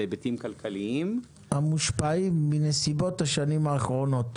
להיבטים כלכליים" "המושפעים מנסיבות השנים האחרונות".